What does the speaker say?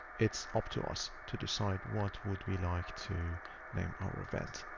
it's up to us to decide what would we like to name our event.